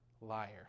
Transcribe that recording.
liar